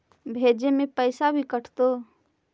भेजे में पैसा भी कटतै?